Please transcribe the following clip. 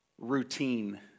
routine